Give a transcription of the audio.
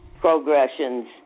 progressions